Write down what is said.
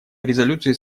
резолюции